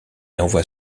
envoie